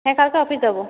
হ্যাঁ কালকে অফিস যাব